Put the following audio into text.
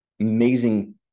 amazing